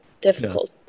difficult